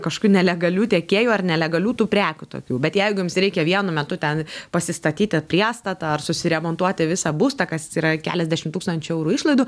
kažkokių nelegalių tiekėjų ar nelegalių tų prekių tokių bet jeigu jums reikia vienu metu ten pasistatyti priestatą ar susiremontuoti visą būstą kas yra keliasdešimt tūkstančių eurų išlaidų